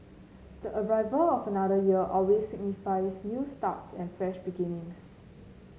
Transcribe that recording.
the arrival of another year always signifies new starts and fresh beginnings